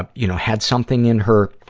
ah you know, had something in her,